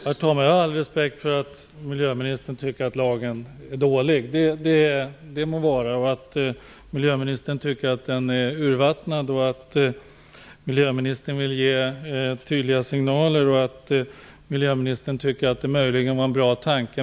Herr talman! Jag har all respekt för att miljöministern tycker att lagen är dålig - det må vara -, att miljöministern tycker att den är urvattnad, att miljöministern vill ge tydliga signaler och att miljöministern tycker att det möjligen var en bra tanke.